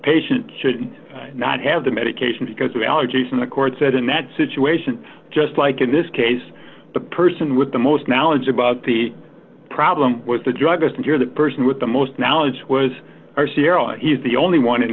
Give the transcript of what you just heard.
patient should not have the medication because of allergies and the courts said in that situation just like in this case the person with the most knowledge about the problem was the druggist and you're the person with the most knowledge was he is the only one in